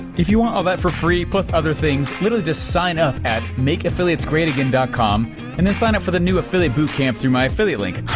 if you want all that for free plus other things, literally just sign up at makeaffiliatesgreateagain dot com and then sign up for the new affiliate bootcamp through my affiliate link.